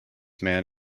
man